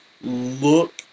look